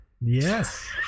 Yes